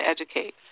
Educate